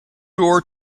door